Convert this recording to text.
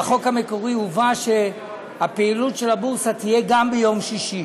בחוק המקורי נאמר שהפעילות של הבורסה תהיה גם ביום שישי.